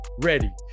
Ready